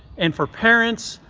and for parents,